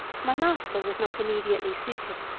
my master was not immediately suited,